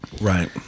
Right